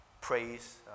praise